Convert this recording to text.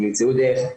הם ימצאו דרך,